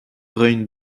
rin